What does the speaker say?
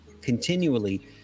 continually